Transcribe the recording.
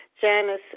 Janice